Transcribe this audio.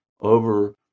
over